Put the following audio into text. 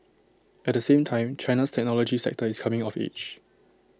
at the same time China's technology sector is coming of age